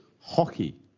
hockey